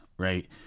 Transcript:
Right